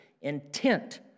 intent